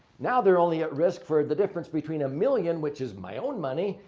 now, they're only at risk for the difference between a million which is my own money.